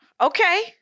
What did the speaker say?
Okay